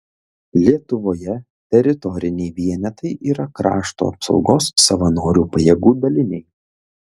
lietuvoje teritoriniai vienetai yra krašto apsaugos savanorių pajėgų daliniai